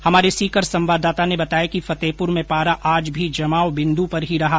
हमारे सीकर संवाददाता ने बताया कि फतेहपुर में पारा आज भी जमाव बिन्दु पर ही रहा